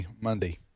Monday